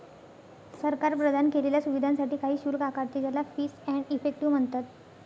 सरकार प्रदान केलेल्या सुविधांसाठी काही शुल्क आकारते, ज्याला फीस एंड इफेक्टिव म्हणतात